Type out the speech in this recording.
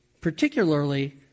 particularly